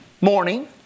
morning